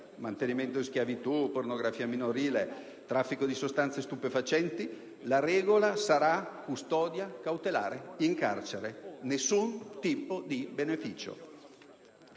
(mantenimento in schiavitù, pornografia minorile, traffico di sostanze stupefacenti), la regola sarà la custodia cautelare in carcere. Nessun tipo di beneficio!